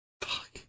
Fuck